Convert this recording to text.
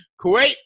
Kuwait